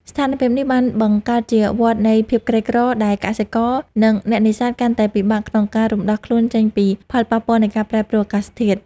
ស្ថានភាពនេះបានបង្កើតជាវដ្តនៃភាពក្រីក្រ ដែលកសិករ និងអ្នកនេសាទកាន់តែពិបាកក្នុងការរំដោះខ្លួនចេញពីផលប៉ះពាល់នៃការប្រែប្រួលអាកាសធាតុ។